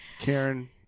Karen